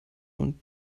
und